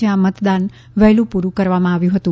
જ્યાં મતદાન વહેલું પુરૂં કરવામાં આવ્યું હતું